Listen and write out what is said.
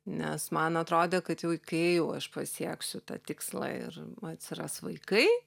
nes man atrodė kad jau kai jau aš pasieksiu tą tikslą ir atsiras vaikai